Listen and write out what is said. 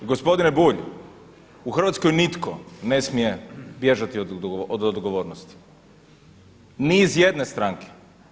I gospodine Bulj, u Hrvatskoj nitko ne smije bježati od odgovornosti, ni iz jedne stranke.